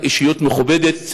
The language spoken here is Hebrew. כאישיות מכובדת,